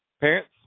Parents